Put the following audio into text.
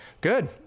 Good